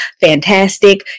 fantastic